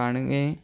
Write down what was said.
काणगें